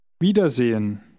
wiedersehen